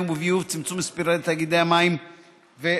וביוב (צמצום מספר תאגידי המים והביוב),